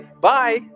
bye